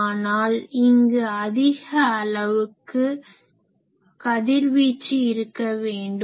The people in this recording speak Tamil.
ஆனால் இங்கு அதிக அளவுக்கு கதிர்வீச்சு இருக்க வேண்டும்